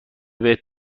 بهت